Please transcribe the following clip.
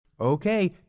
Okay